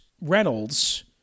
Reynolds